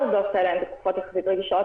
כל העובדות האלה נמצאות בתקופות רגישות,